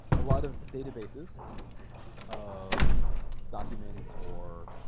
a lot of databases of documents or